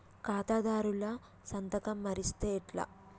ఖాతాదారుల సంతకం మరిస్తే ఎట్లా?